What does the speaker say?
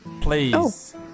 Please